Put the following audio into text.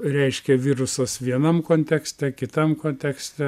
reiškia virusas vienam kontekste kitam kontekste